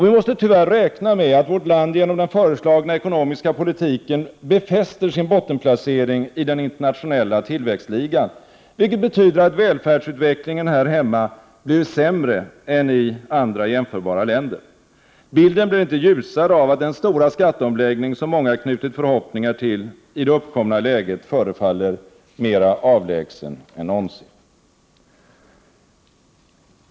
Vi måste tyvärr räkna med att vårt land genom den föreslagna ekonomiska politiken befäster sin bottenplacering i den internationella tillväxtligan, vilket betyder att välfärdsutvecklingen här hemma blir sämre än i andra jämförbara länder. Bilden blir inte ljusare av att den stora skatteomläggning som många knutit förhoppningar till i det uppkomna läget förefaller vara mera avlägsen än någonsin.